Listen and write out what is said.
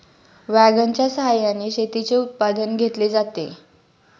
वॅगनच्या सहाय्याने शेतीचे उत्पादन घेतले जाते